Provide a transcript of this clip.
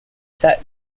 set